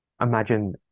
imagine